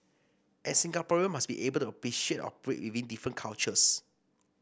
and Singaporean must be able to appreciate and operate within different cultures